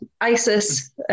ISIS